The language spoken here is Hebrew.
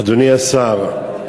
אדוני השר,